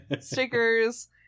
stickers